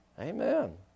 Amen